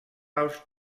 els